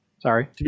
Sorry